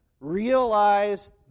Realize